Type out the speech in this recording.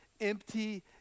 empty